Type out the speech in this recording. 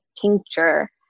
tincture